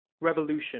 Revolution